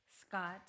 Scott